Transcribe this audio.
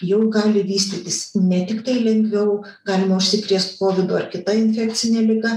jau gali vystytis ne tiktai lengviau galima užsikrėst kovidu ar kita infekcine liga